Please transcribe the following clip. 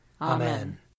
Amen